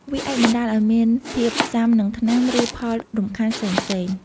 វាអាចបណ្ដាលឱ្យមានភាពស៊ាំនឹងថ្នាំ ឬផលរំខានផ្សេងៗ។